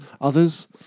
others